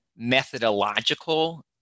methodological